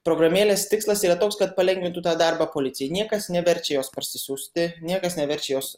programėlės tikslas yra toks kad palengvintų tą darbą policijai niekas neverčia jos parsisiųsti niekas neverčia jos